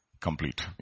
complete